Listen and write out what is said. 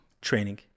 training